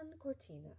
Cortina